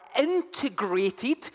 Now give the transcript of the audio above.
integrated